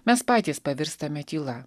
mes patys pavirstame tyla